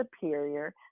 superior